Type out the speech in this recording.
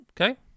Okay